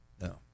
No